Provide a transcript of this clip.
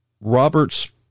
Robert's